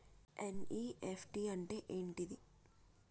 NEFT అంటే ఏంటిది?